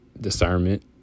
discernment